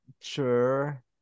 sure